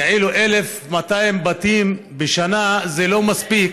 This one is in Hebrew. כאילו 1,200 בתים בשנה זה לא מספיק,